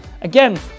again